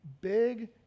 Big